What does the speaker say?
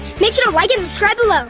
make sure to like and subscribe below.